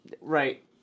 Right